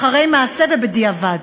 אחרי מעשה ובדיעבד.